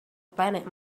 planet